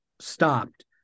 stopped